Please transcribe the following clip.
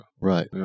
Right